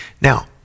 Now